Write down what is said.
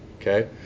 Okay